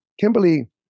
Kimberly